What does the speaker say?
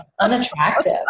unattractive